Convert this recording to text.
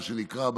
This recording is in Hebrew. מה שנקרא,